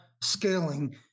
scaling